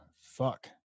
Fuck